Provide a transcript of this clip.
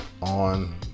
on